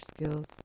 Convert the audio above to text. skills